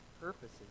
purposes